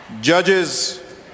judges